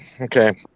okay